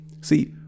See